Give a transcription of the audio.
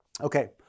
Okay